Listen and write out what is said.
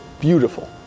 beautiful